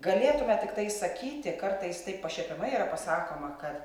galėtume tiktai sakyti kartais taip pašiepiamai yra pasakoma kad